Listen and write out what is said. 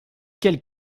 quels